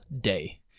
day